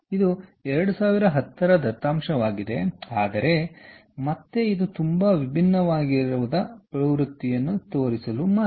ಇದು 2010 ರ ದತ್ತಾಂಶವಾಗಿದೆ ಆದರೆ ಮತ್ತೆ ಇದು ತುಂಬಾ ಭಿನ್ನವಾಗಿರದ ಪ್ರವೃತ್ತಿಯನ್ನು ತೋರಿಸಲು ಮಾತ್ರ